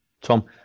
Tom